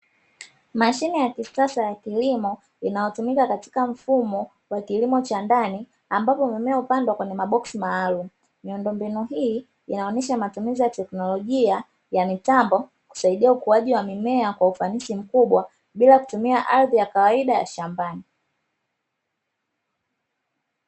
Mashime ya kisasa ya kilimo inayotumika katika mfumo wa kilimo cha ndani ambapo mimea hupandwa kwenye maboksi maalumu, miundombinu hii inaonyesha matumizi ya teknolojia ya mitambo kusaidia ukuaji wa mimea kwa ufanisi mkubwa bila kutumia ardhi ya kawaida ya shambani.